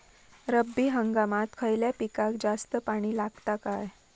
रब्बी हंगामात खयल्या पिकाक जास्त पाणी लागता काय?